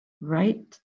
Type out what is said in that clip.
Right